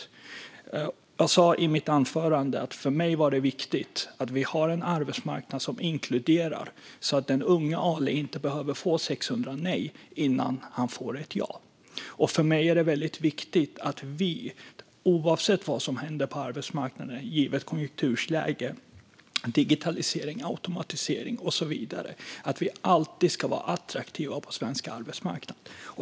Som jag sa i mitt anförande är det viktigt för mig att vi har en arbetsmarknad som inkluderar, så att den unge Ali inte behöver få 600 nej innan han får ett ja. För mig är det väldigt viktigt att vi - oavsett vad som händer på arbetsmarknaden givet konjunkturläge, digitalisering, automatisering och så vidare - alltid ska vara attraktiva på svensk arbetsmarknad.